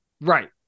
Right